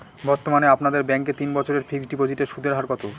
বর্তমানে আপনাদের ব্যাঙ্কে তিন বছরের ফিক্সট ডিপোজিটের সুদের হার কত?